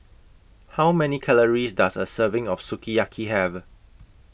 How Many Calories Does A Serving of Sukiyaki Have